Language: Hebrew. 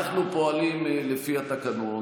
פועלים לפי התקנון.